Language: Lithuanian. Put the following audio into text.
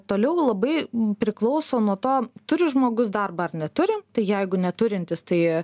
toliau labai priklauso nuo to turi žmogus darbą ar neturi tai jeigu neturintis tai